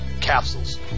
Capsules